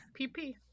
PP